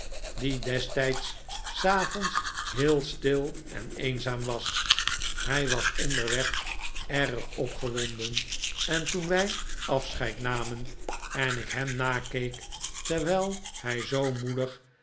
die destijds s avonds heel stil en eenzaam was hij was onderweg erg opgewonden en toen wij afscheid namen en ik hem nakeek terwijl hij zoo moedig